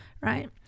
right